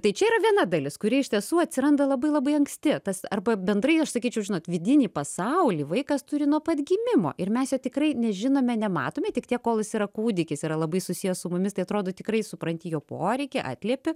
tai čia yra viena dalis kuri iš tiesų atsiranda labai labai anksti tas arba bendrai aš sakyčiau žinot vidinį pasaulį vaikas turi nuo pat gimimo ir mes jo tikrai nežinome nematome tik tiek kol jis yra kūdikis yra labai susijęs su mumis tai atrodo tikrai supranti jo poreikį atliepi